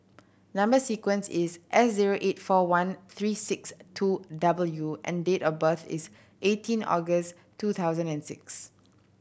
number sequence is S zero eight four one three six two W and date of birth is eighteen August two thousand and six